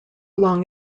long